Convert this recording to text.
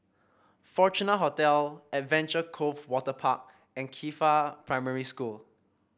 Fortuna Hotel Adventure Cove Waterpark and Qifa Primary School